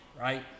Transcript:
right